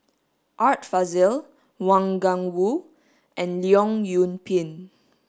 Art Fazil Wang Gungwu and Leong Yoon Pin